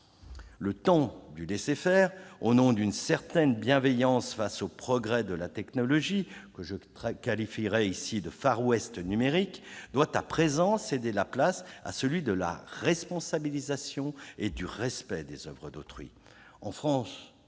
Le temps du laisser-faire, au nom d'une certaine bienveillance face aux progrès de la technologie que je qualifierai de « Far West numérique », doit à présent céder la place à celui de la responsabilisation et du respect des oeuvres d'autrui.